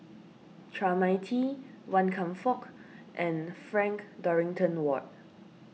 Chua Mia Tee Wan Kam Fook and Frank Dorrington Ward